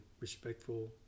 respectful